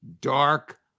dark